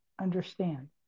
understand